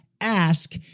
ask